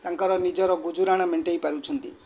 ତାଙ୍କର ନିଜର ବୁଜୁରାଣ ମେଣ୍ଟାଇ ପାରୁଛନ୍ତି